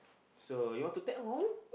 so you want to take home